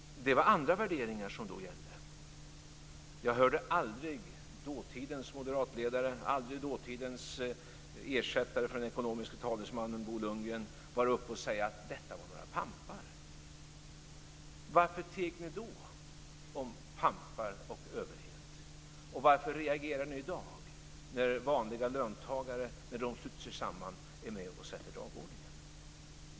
Det var andra värderingar som då gällde. Jag hörde aldrig dåtidens moderatledare eller dåtidens ersättare för den ekonomiske talesmannen Bo Lundgren säga att detta var pampar. Varför teg ni då om pampar och överhet? Varför reagerar ni i dag när vanliga löntagare sluter sig samman och är med och sätter dagordningen?